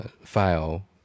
file